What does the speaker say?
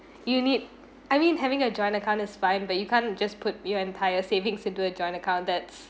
you need I mean having a joint account is fine but you can't just put your entire savings into a joint account that's